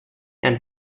and